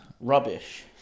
rubbish